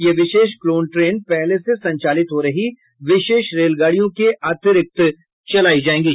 ये विशेष clone train पहले से संचालित हो रही विशेष रेलगाडियों के अतिरिक्त चलाई जाएंगी